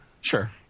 Sure